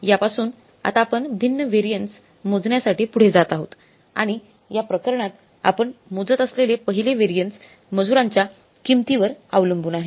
यापासून आता आपण भिन्न व्हॅरियन्स मोजण्यासाठी पुढे जात आहोत आणि या प्रकरणात आपण मोजत असलेले पहिले व्हॅरियन्स मजुरांच्या किंमतीवर अवलंबून आहे